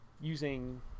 using